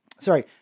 sorry